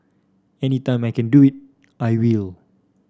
any time I can do it I will